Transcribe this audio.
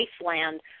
wasteland